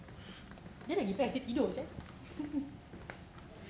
dia lagi best dia tidur sia